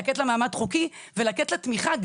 לתת לה מעמד חוקי ולתת לה תמיכה.